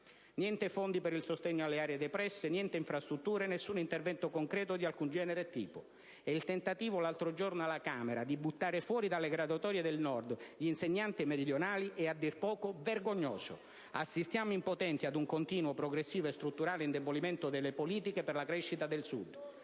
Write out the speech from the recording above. Niente fondi per il sostegno alle aree depresse, niente infrastrutture, nessun intervento concreto di alcun genere e tipo. Il tentativo l'altro giorno alla Camera di buttare fuori dalle graduatorie del Nord gli insegnanti meridionali è a dir poco vergognoso. Assistiamo impotenti ad un continuo, progressivo e strutturale indebolimento delle politiche per la crescita del Sud.